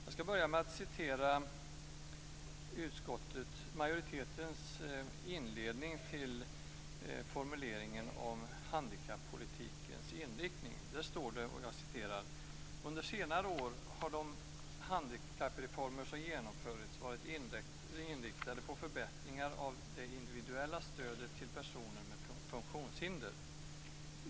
Jag skall börja med att citera utskottsmajoritetens inledning om handikappolitikens inriktning: "Under senare år har de handikappreformer som genomförts varit inriktade på förbättringar av det individuella stödet till personer med funktionshinder.